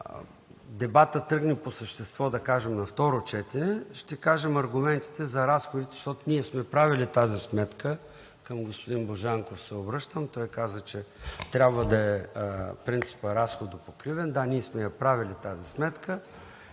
дебатът тръгне по същество, да кажем, на второ четете, ще кажем аргументите за разходите, защото сме правили тази сметка. Към господин Божанков се обръщам. Той каза, че принципът трябва да е разходопокривен. Да, ние сме правили тази сметка,